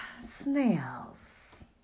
snails